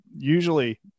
usually